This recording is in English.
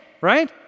right